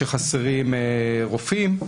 שחסרים רופאים.